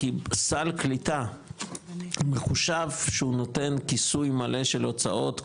כי סל קליטה מחושב שהוא נותן כיסוי מלא של הוצאות,